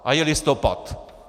A je listopad!